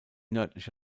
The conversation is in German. nördliche